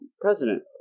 president